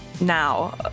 now